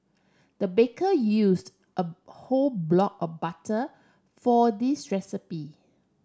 the baker used a whole block of butter for this recipe